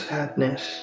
Sadness